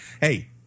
Hey